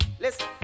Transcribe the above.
Listen